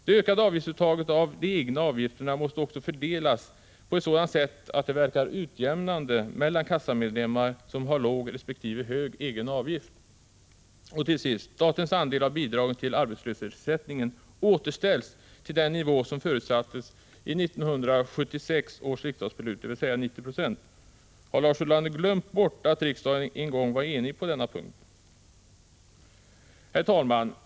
— Det ökade avgiftsuttaget av de egna avgifterna måste också fördelas på ett sådant sätt att det verkar utjämnande mellan kassamedlemmer som har låg resp. hög egen avgift. Har Lars Ulander glömt bort att riksdagen en gång var enig på denna punkt? Herr talman!